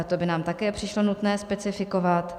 To by nám také přišlo nutné specifikovat.